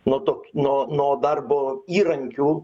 nuo to nuo nuo darbo įrankių